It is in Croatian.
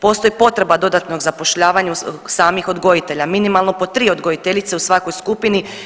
Postoji potreba dodatnog zapošljavanja samih odgojitelja, minimalno po 3 odgojiteljice u svakoj skupini.